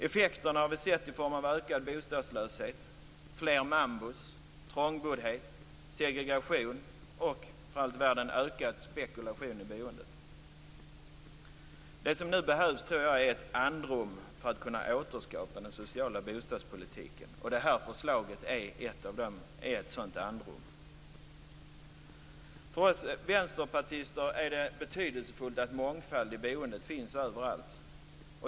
Effekterna har vi sett i form av ökad bostadslöshet, fler mambor, trångboddhet, segregation och, för allt i världen, ökad spekulation i boendet. Jag tror att det nu behövs ett andrum för att kunna återskapa den sociala bostadspolitiken. Det här förslaget är ett sådant andrum. För oss vänsterpartister är det betydelsefullt att mångfald i boendet finns överallt.